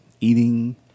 eating